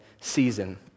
season